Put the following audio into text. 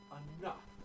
enough